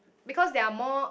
because there are more